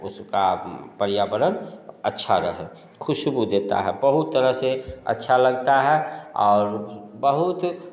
उसका पर्यावरण अच्छा रहे खुशबू देता है बहुत तरह से अच्छा लगता है और बहुत